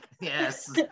Yes